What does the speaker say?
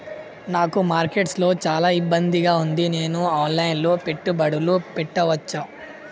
నాకు మార్కెట్స్ లో చాలా ఇబ్బందిగా ఉంది, నేను ఆన్ లైన్ లో పెట్టుబడులు పెట్టవచ్చా?